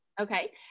Okay